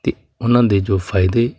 ਅਤੇ ਉਹਨਾਂ ਦੇ ਜੋ ਫਾਇਦੇ